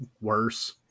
worse